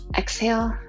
exhale